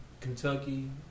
Kentucky